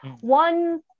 one